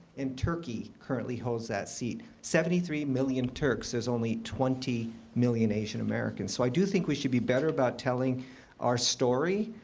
and turkey currently holds that seat. seventy three million turks is only twenty million asian-americans. so i do think we should be better about telling our story,